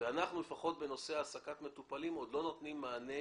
אנחנו לפחות בנושא העסקת מטופלים עוד לא נותנים מענה,